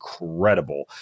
incredible